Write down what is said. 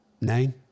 Nine